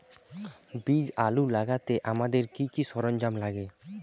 বীজ আলু লাগাতে আমাদের কি কি সরঞ্জাম লাগে?